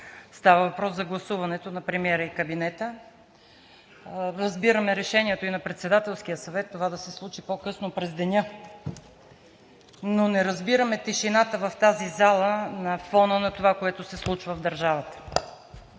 Става въпрос за гласуването на премиера и кабинета. Разбираме решението и на Председателския съвет това са се случи по-късно през деня, но не разбираме тишината в тази зала на фона на това, което се случва в държавата.